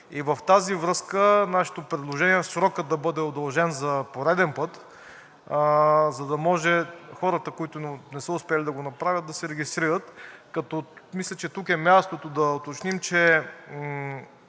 В тази връзка нашето предложение е срокът да бъде удължен за пореден път, за да може хората, които не са успели да го направят, да се регистрират, като мисля, че тук е мястото да уточним, че